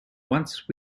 once